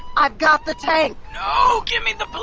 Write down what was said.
i've got the tank no! give me the